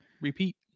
repeat